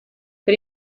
per